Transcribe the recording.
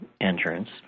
entrance